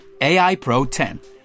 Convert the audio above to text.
AIPRO10